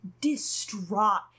distraught